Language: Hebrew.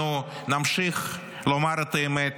אנחנו נמשיך לומר את האמת